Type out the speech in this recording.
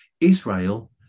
Israel